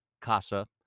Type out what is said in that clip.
CASA